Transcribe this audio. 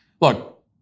Look